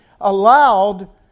allowed